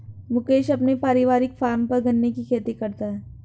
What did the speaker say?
मुकेश अपने पारिवारिक फॉर्म पर गन्ने की खेती करता है